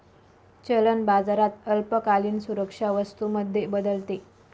चलन बाजारात अल्पकालीन सुरक्षा वस्तू मध्ये बदलते